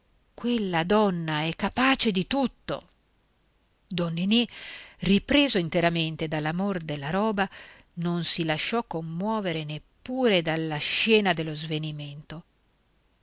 quella donna è capace di tutto don ninì ripreso interamente dall'amor della roba non si lasciò commuovere neppure dalla scena dello svenimento